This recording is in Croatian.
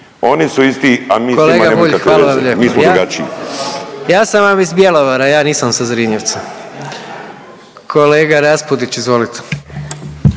Kolega Bulj, hvala vam lijepo. Ja sam vam iz Bjelovara, ja nisam sa Zrinjevca. Kolega Raspudić, izvolite.